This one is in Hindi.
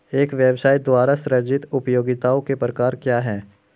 एक व्यवसाय द्वारा सृजित उपयोगिताओं के प्रकार क्या हैं?